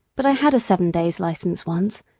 but i had a seven-days' license once,